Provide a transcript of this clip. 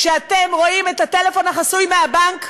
כשאתם רואים את הטלפון החסוי מהבנק,